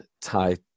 tie